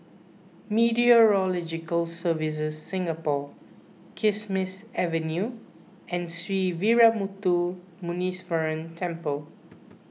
Meteorological Services Singapore Kismis Avenue and Sree Veeramuthu Muneeswaran Temple